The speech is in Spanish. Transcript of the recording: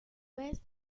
vez